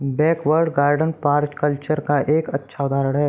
backyard garden permaculture का एक अच्छा उदाहरण हैं